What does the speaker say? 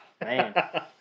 Man